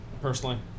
personally